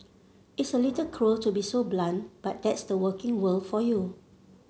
it's a little cruel to be so blunt but that's the working world for you